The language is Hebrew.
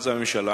אז הממשלה,